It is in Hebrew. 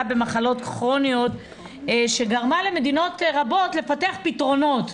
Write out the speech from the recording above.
במחלות כרוניות שגרמה למדינות רבות לפתח פתרונות.